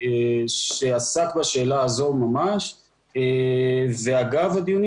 שעסק בשאלה הזאת ממש ואגב הדיונים